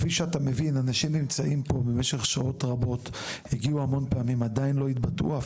אנשים נמצאים פה במשך שעות רבות ועדיין לא התבטאו.